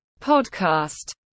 Podcast